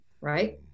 right